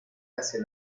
hacia